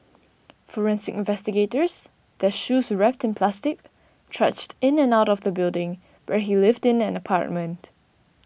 forensic investigators their shoes wrapped in plastic trudged in and out of the building where he lived in an apartment